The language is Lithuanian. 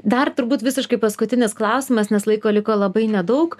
dar turbūt visiškai paskutinis klausimas nes laiko liko labai nedaug